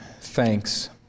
thanks